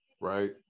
right